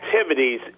activities